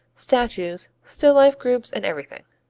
statues, still life groups and everything.